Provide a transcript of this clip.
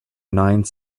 nine